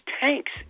tanks